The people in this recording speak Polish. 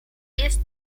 jest